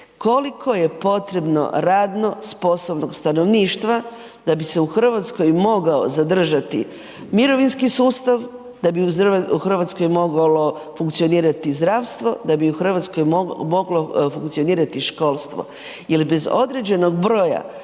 koliko je potrebno radno sposobnog stanovništva da bi se u Hrvatskoj mogao zadržati mirovinski sustav, da bi u Hrvatskoj moglo funkcionirati zdravstvo, da bi u Hrvatskoj moglo funkcionirati školstvo. Jer bez određenog broja